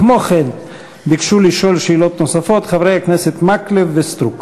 כמו כן ביקשו לשאול שאלות נוספות חברי הכנסת מקלב וסטרוק.